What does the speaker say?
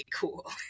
cool